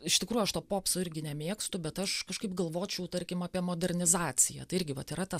iš tikrųjų aš to popso irgi nemėgstu bet aš kažkaip galvočiau tarkim apie modernizaciją tai irgi vat yra ta